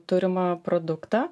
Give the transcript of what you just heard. turimą produktą